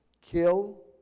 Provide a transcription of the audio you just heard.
kill